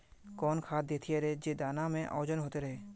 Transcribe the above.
कौन खाद देथियेरे जे दाना में ओजन होते रेह?